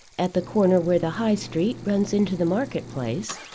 at the corner where the high street runs into the market-place,